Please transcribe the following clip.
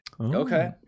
Okay